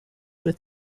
with